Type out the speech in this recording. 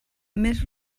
més